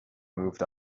moved